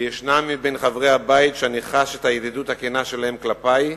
וישנם מבין חברי הבית שאני חש את הידידות הכנה שלהם כלפי,